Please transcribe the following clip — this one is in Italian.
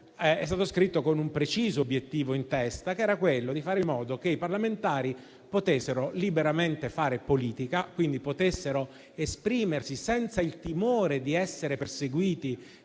costituenti con un preciso obiettivo in mente, che era quello di fare in modo che i parlamentari potessero liberamente fare politica, quindi potessero esprimersi senza il timore di essere perseguiti